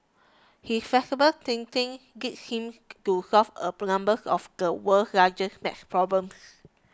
he flexible thinking led him to solve a number of the world's hardest math problems